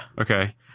Okay